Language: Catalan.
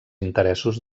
interessos